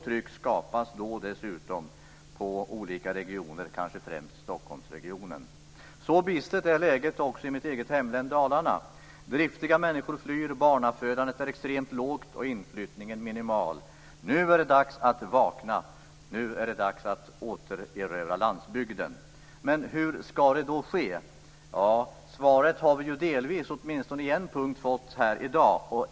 Det skapas då dessutom ett hårt tryck på olika regioner, kanske främst på Stockholmsregionen. Så bistert är läget också i mitt hemlän Dalarna. Driftiga människor flyr, barnafödandet är extremt lågt och inflyttningen minimal. Nu är det dags att vakna. Nu är det dags att återerövra landsbygden. Men hur skall det ske? Svaret har vi åtminstone på en punkt delvis fått här i dag.